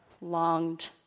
longed